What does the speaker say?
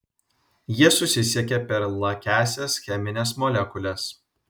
jie susisiekia per lakiąsias chemines molekules